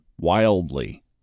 wildly